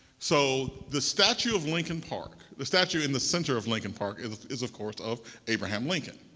so the statue of lincoln park, the statue in the center of lincoln park is is of course of abraham lincoln.